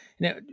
Now